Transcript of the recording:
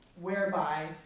whereby